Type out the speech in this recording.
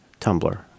Tumblr